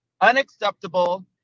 unacceptable